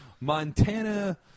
Montana